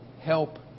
help